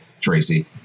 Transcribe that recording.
Tracy